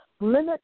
limit